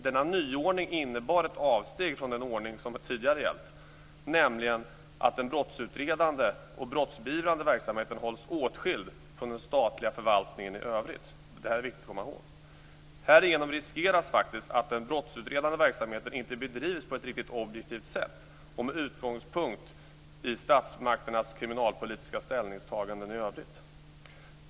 Denna nyordning innebar ett avsteg från den ordning som tidigare gällt, nämligen att den brottsutredande och brottsbeivrande verksamheten hålls åtskild från den statliga förvaltningen i övrigt. Det här är viktigt att komma ihåg. Härigenom riskeras faktiskt att den brottsutredande verksamheten inte bedrivs på ett riktigt objektivt sätt och med utgångspunkt i statsmakternas kriminalpolitiska ställningstaganden i övrigt.